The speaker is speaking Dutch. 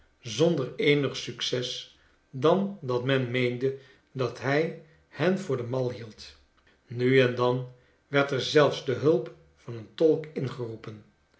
zonder eenig succes dan dat men meende dat hij hen voor de mal hield nu en dan werd er zelfs de hulp van een tolk ingeroepen